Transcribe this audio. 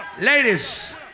Ladies